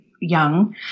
young